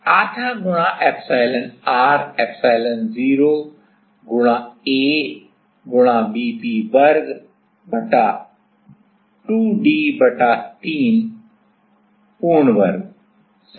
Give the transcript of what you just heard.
आधा गुणा एप्सिलॉनr एप्सिलॉन0 गुणा A गुणा Vp वर्ग बटा 2 d बटा 3 पूर्ण वर्ग है सही